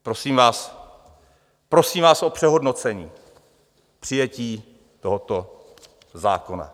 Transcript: Prosím vás, prosím vás o přehodnocení přijetí tohoto zákona.